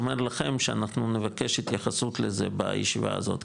אומר לכם שאנחנו נבקש התייחסות לזה בישיבה הזאת,